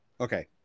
Okay